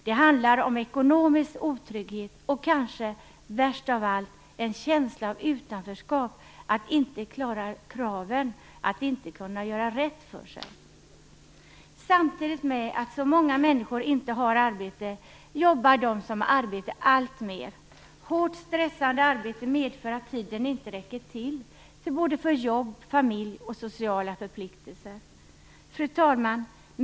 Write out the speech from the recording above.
Det handlar om ekonomisk otrygghet och, kanske värst av allt, en känsla av utanförskap, att inte klara kraven, att inte kunna göra rätt för sig. Samtidigt med att så många människor inte har arbete, jobbar de som har arbete alltmer. Hårt stressande arbete medför att tiden inte räcker till för jobb, familj och sociala förpliktelser. Fru talman!